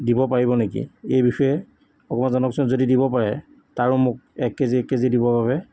দিব পাৰিব নেকি এই বিষয়ে অকমান জনাবচোন যদি দিব পাৰে তাৰো মোক এক কে জি এক কে জি দিবৰ বাবে